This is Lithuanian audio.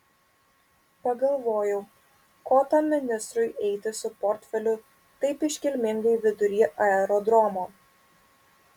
pagalvojau ko tam ministrui eiti su portfeliu taip iškilmingai vidury aerodromo